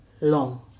long